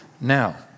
Now